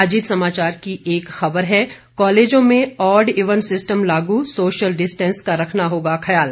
अजीत समाचार की एक खबर है कॉलेजों में ऑड इवन सिस्टम लागू सोशल डिस्टेंस का रखना होगा ख्याल